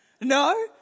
No